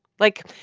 like,